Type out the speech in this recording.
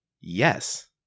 Yes